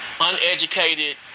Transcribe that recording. uneducated